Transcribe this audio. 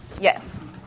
yes